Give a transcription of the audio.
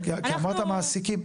כי אמרת המעסיקים.